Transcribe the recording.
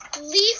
Leaf